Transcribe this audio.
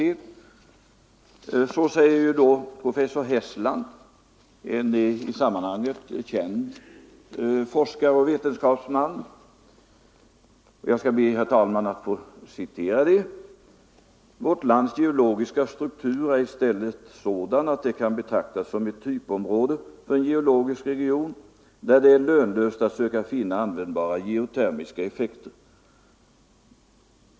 Jag skall också, herr talman, be att få citera professor Hessland, som är en i detta sammanhang känd forskare och vetenskapsman: ”Vårt lands geologiska struktur är i stället sådan att det kan betraktas som ett typområde för en geologisk region där det är lönlöst att söka finna användbara geotermiska effekter.